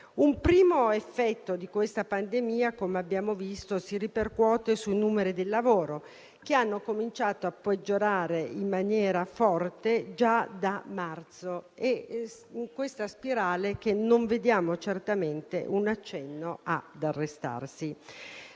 Un primo effetto della pandemia - come abbiamo visto - si ripercuote sui numeri del lavoro, che hanno cominciato a peggiorare in maniera forte già da marzo, in una spirale che non vediamo accennare ad arrestarsi.